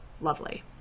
lovely